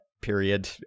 period